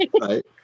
Right